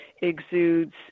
exudes